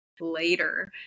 later